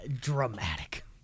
dramatic